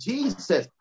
Jesus